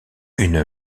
une